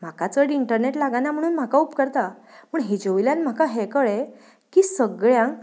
म्हाका चड इंटर्नेट लागाना म्हुणून म्हाका उपकरता पूण हेजे वयल्यान म्हाका हें कळ्ळें की सगळ्यांक